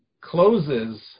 closes